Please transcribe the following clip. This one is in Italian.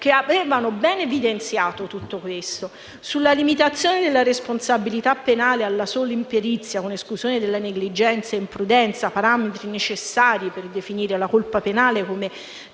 che avevano ben evidenziato tutto questo. Sulla limitazione della responsabilità penale alla sola imperizia, con esclusione della negligenza e dell'imprudenza, parametri necessari per definire la colpa penale (come